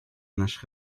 наших